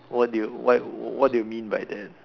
what do you why what do you mean by that